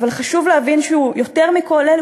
אבל חשוב להבין שיותר מכל אלה,